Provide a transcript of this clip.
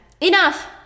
Enough